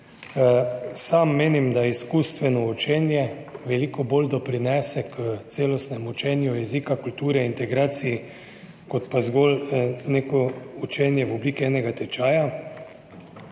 Sam menim, da izkustveno učenje veliko bolj doprinese k celostnemu učenju jezika, kulture, integraciji kot pa zgolj neko učenje v obliki enega tečaja.